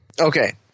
Okay